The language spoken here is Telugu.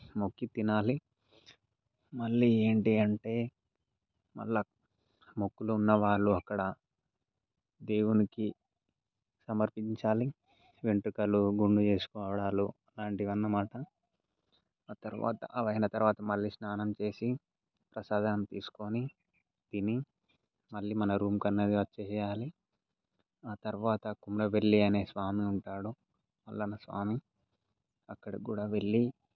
మొక్కి తినాలి మళ్ళీ ఏంటి అంటే మళ్ళా మొక్కులో ఉన్నవాళ్ళు అక్కడ దేవునికి సమర్పించాలి వెంట్రుకలు గుండు చేసుకోవడాలు అలాంటివన్నమాట ఆ తర్వాత అవయిన తర్వాత మళ్ళీ స్నానం చేసి ప్రసాదం తీసుకొని తిని మళ్ళీ మన రూమ్కి అన్నది వచ్చేయాలి ఆ తర్వాత కొమరవెల్లి అనే స్వామి ఉంటాడు పలానా స్వామి అక్కడిక్కూడా వెళ్ళి